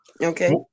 Okay